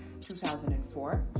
2004